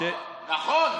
נכון,